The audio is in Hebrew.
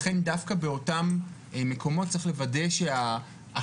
לכן דווקא באותם מקומות צריך לוודא שההכנה,